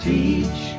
Teach